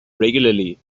regularly